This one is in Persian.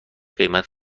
قیمت